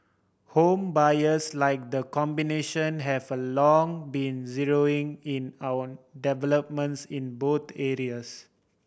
home buyers like the combination have a long been zeroing in our developments in both areas